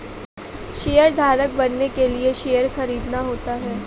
शेयरधारक बनने के लिए शेयर खरीदना होता है